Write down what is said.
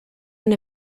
and